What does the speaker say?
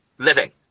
living